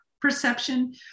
perception